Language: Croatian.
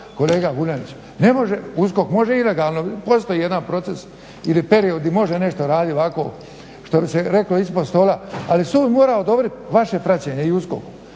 kolega Vuljanić, USKOK može ilegalno postoji jedan proces ili period gdje može nešto raditi ovako što bi se reklo ispod stola, ali sud mora odobriti vaše praćenje i